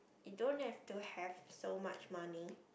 you don't have to have so much money